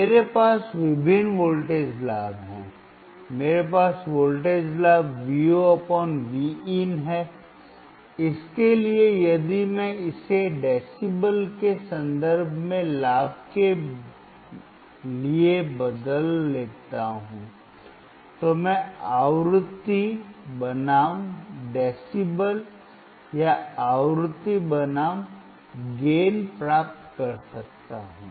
मेरे पास विभिन्न वोल्टेज लाभ हैं मेरे पास वोल्टेज लाभ VoVin है इसके लिए यदि मैं इसे डेसीबल के संदर्भ में लाभ के लिए बदल देता हूं तो मैं आवृत्ति बनाम डेसीबल या आवृत्ति बनाम लाभ प्राप्त कर सकता हूं